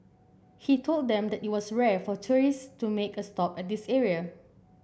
he told them that it was rare for tourists to make a stop at this area